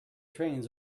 trains